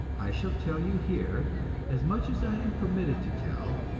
i shall tell you here as much as i am permitted to tell,